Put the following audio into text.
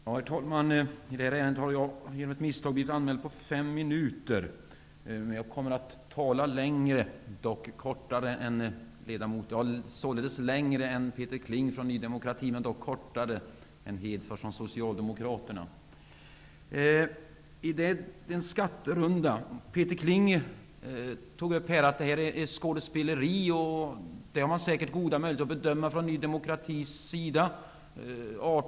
Herr talman! I detta ärende har jag av misstag blivit anmäld för att tala i fem minuter. Men jag kommer att tala längre, således längre än Peter Kling från Ny demokrati, men dock kortare tid än Lars Peter Kling sade att detta är ett skådespeleri. Det har man säkert goda möjligheter att bedöma från Ny demokratis sida.